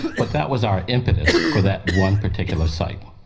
but that was our impetus for that one particular site.